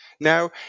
Now